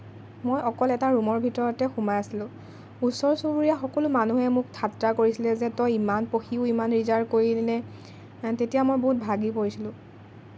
মই অকল এটা ৰুমৰ ভিতৰতে সোমাই আছিলোঁ ওচৰ চুবুৰীয়া সকলো মানুহে মোক ঠাট্টা কৰিছিলে যে তই ইমান পঢ়িও ইমান ৰিজাল্ট কৰিলি নে তেতিয়া মই বহুত ভাগি পৰিছিলোঁ